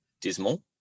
dismal